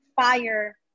fire